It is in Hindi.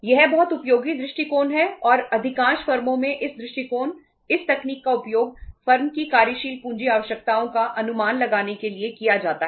यह बहुत उपयोगी दृष्टिकोण है और अधिकांश फर्मों में इस दृष्टिकोण इस तकनीक का उपयोग फर्म की कार्यशील पूंजी आवश्यकताओं का अनुमान लगाने के लिए किया जाता है